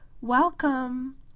welcome